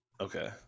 Okay